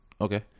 Okay